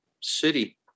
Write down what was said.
city